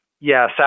Yes